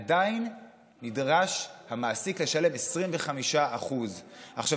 עדיין נדרש המעסיק לשלם 25%. עכשיו,